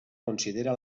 considera